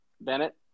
Bennett